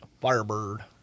Firebird